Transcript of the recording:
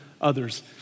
others